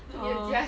oh